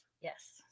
Yes